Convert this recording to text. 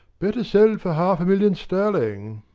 better sell for half a million sterling'